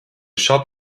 shop